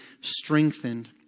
strengthened